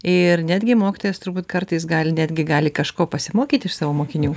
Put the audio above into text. ir netgi mokytojas turbūt kartais gali netgi gali kažko pasimokyti iš savo mokinių